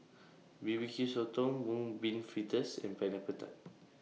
B B Q Sotong Mung Bean Fritters and Pineapple Tart